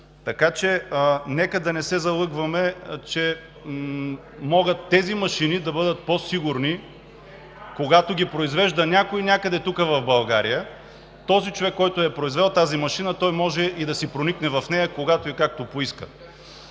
механичен. Нека да не се залъгваме, че тези машини могат да бъдат по-сигурни, когато ги произвежда някой някъде тук в България. Този човек, който е произвел тази машина, може и да си проникне в нея когато и както поиска.